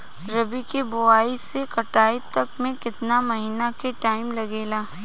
रबी के बोआइ से कटाई तक मे केतना महिना के टाइम लागेला?